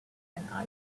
and